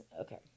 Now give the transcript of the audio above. Okay